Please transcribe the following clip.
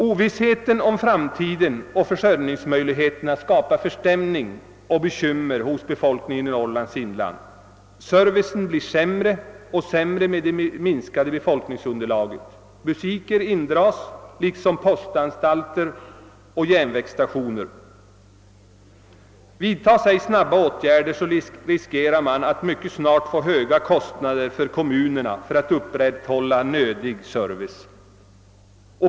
Ovissheten om framtiden och försörjningsmöjligheterna skapar förstämning och bekymmer hos befolkningen i Norrlands inland. Servicen blir sämre och sämre med det minskade befolkningsunderlaget. Butiker dras in liksom postanstalter och järnvägsstationer. Om ej snabba åtgärder vidtas, riskerar man att kommunerna mycket snart får vid kännas höga kostnader för att upprätthålla nödvändig service.